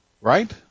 Right